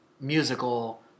musical